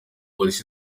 police